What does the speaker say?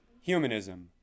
humanism